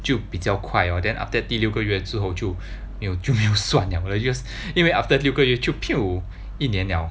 就比较快 lor then after 第六个月之后就没有我就没有算 liao you just 因为 after 六个月就 一年了